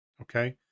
Okay